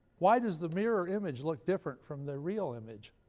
why does the mirror image look different from the real image,